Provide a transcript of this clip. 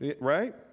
right